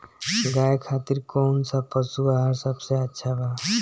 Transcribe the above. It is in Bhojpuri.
गाय खातिर कउन सा पशु आहार सबसे अच्छा बा?